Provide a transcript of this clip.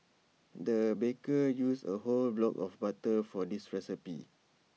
the baker used A whole block of butter for this recipe